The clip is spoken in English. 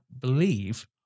believe